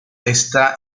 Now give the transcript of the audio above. está